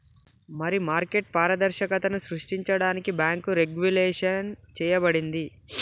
మరి మార్కెట్ పారదర్శకతను సృష్టించడానికి బాంకు రెగ్వులేషన్ చేయబడింది